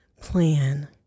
plan